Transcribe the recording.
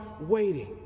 waiting